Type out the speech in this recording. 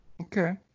Okay